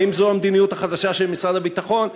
האם זאת המדיניות החדשה של משרד הביטחון,